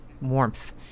warmth